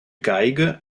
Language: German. geige